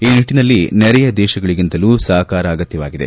ಈ ನಿಟ್ಟನಲ್ಲಿ ನೆರೆಯ ದೇಶಗಳಿಂದಲೂ ಸಹಕಾರ ಅಗತ್ಯವಾಗಿದೆ